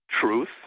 truth